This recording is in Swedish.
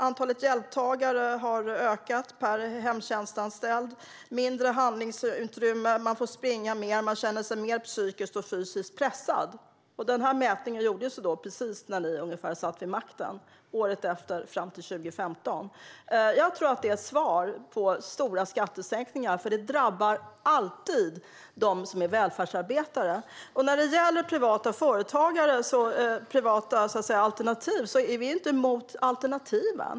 Antalet hjälptagare ökade per hemtjänstanställd, handlingsutrymmet minskade, man fick springa mer och kände sig mer psykiskt och fysiskt pressad. Den här mätningen gjordes vid ungefär den tid då ni satt vid makten, fram till 2015. Jag tror att detta är ett svar på stora skattesänkningar, för de drabbar alltid dem som är välfärdsarbetare. När det gäller privata alternativ är vi inte emot alternativen.